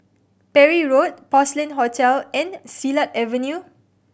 Parry Road Porcelain Hotel and Silat Avenue